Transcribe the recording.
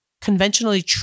conventionally